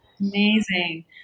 Amazing